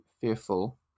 fearful